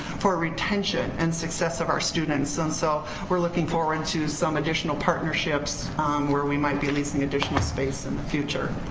for retention and success of our students. and so we're looking forward to some additional partnerships where we might be leasing additional space, in the future.